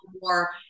more